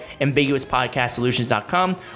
ambiguouspodcastsolutions.com